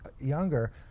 younger